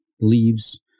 leaves